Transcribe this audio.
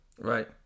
right